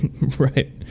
right